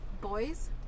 Boys